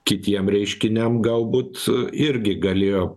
kitiem reiškiniam galbūt irgi galėjo